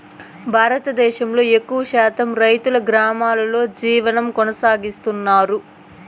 భారతదేశంలో ఎక్కువ శాతం రైతులు గ్రామాలలో జీవనం కొనసాగిస్తన్నారు